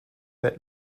that